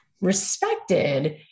respected